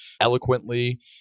eloquently